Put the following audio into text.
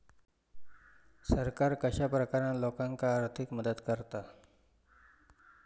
सरकार कश्या प्रकारान लोकांक आर्थिक मदत करता?